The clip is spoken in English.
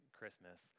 Christmas